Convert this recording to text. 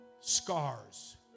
scars